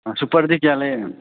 ꯁꯨꯄꯔꯗꯤ ꯀꯌꯥ ꯂꯩ